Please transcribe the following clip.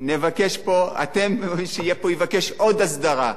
נבקש פה, או: מי שיהיה פה יבקש עוד הסדרה.